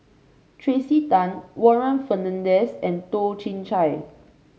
Tracey Tan Warren Fernandez and Toh Chin Chye